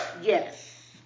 Yes